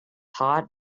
hot